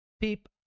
peep